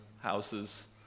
houses